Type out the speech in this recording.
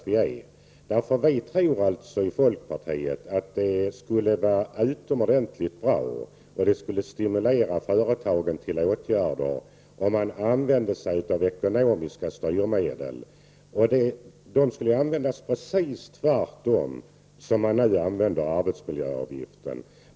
Vi i folkpartiet anser att företagen skulle stimuleras till åtgärder om vi använde ekonomiska styrmedel. Dessa styrmedel borde användas på ett sätt som är det rakt motsatta till det sätt som vi nu använder arbetsmiljöavgiften på.